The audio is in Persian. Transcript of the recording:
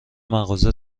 مغازه